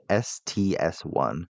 STS-1